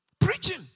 Preaching